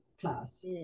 class